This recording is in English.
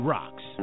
Rocks